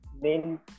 main